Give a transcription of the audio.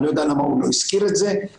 אני לא יודע למה הוא לא הזכיר את זה --- הזכרתי.